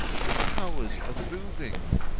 your powers of moving!